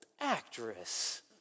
actress